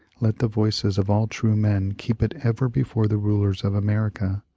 let the voices of all true men keep it ever before the nilers of america,